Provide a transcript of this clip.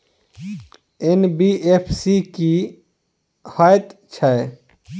NBFC की हएत छै?